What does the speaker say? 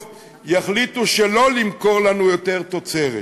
יחליטו שלא למכור לנו יותר תוצרת?